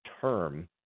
term